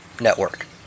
network